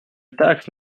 taxe